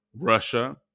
Russia